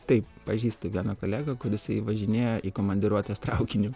taip pažįstu vieną kolegą kuris važinėja į komandiruotes traukiniu